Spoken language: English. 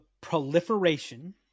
proliferation